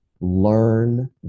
Learn